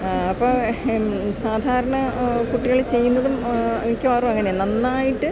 അപ്പോള് സാധാരണ കുട്ടികള് ചെയ്യുന്നതും മിക്കവാറും അങ്ങനെയാണ് നന്നായിട്ട്